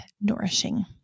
nourishing